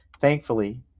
Thankfully